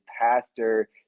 Pastor